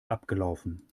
abgelaufen